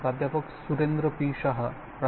प्रा